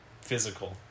physical